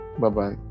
bye-bye